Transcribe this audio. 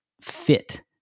fit